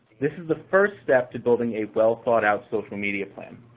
this is the first step to building a well thought out social media plan.